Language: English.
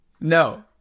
no